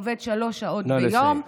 עובד שלוש שעות ביום,